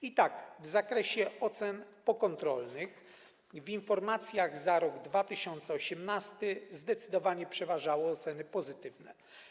I tak w zakresie ocen pokontrolnych w informacjach za rok 2018 zdecydowanie przeważały oceny pozytywne.